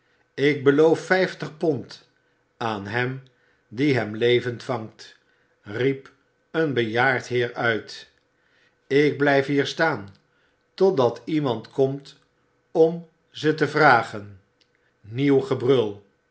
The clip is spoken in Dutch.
ik beloof vijftig pond aan hem die hem levend vangt riep een bejaard heer uit ik blijf hier staan totdat iemand komt om ze op te vragen nieuw gebrul